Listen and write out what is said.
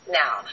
now